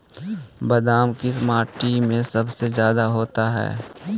बादाम किस माटी में सबसे ज्यादा होता है?